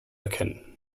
erkennen